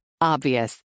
Obvious